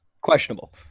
questionable